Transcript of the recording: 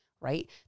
right